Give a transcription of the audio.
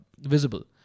visible